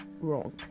wrong